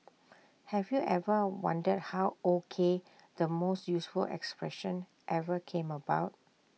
have you ever wondered how O K the most useful expression ever came about